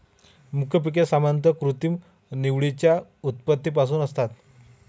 मुख्य पिके सामान्यतः कृत्रिम निवडीच्या उत्पत्तीपासून असतात